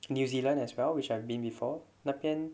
new zealand as well which I have been before 那边